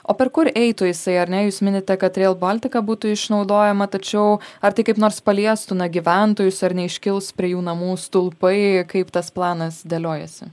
o per kur eitų jisai ar ne jūs minite kad rėl baltika būtų išnaudojama tačiau ar tai kaip nors paliestų na gyventojus ar neiškils prie jų namų stulpai kaip tas planas dėliojasi